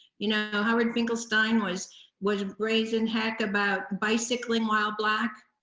you know howard finkelstein was was raisin' heck about bicycling while black.